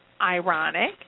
Ironic